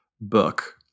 book